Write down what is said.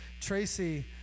Tracy